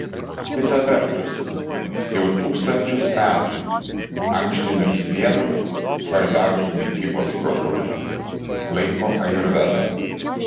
kita vertus jau tūkstančius metų ankštinius vienu svarbiausiu mitybos produktu laiko ajurveda